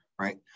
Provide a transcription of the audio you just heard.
Right